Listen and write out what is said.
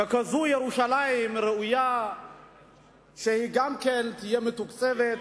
ככזו, ירושלים ראויה שהיא גם תהיה מתוקצבת,